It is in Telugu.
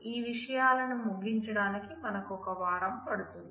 ఈ విషయాలను ముగించటానికి మనకు ఒక వారం పడుతుంది